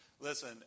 Listen